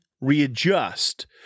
readjust